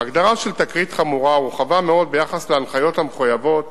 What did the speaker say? ההגדרה של "תקרית חמורה" הורחבה מאוד ביחס להנחיות המחייבות